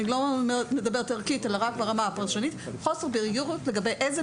אני לא מדברת ערכית אלא רק ברמה הפרשנית לגבי איזה